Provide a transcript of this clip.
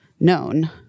known